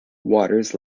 waters